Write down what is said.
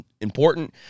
important